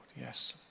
yes